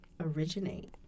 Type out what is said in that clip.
originate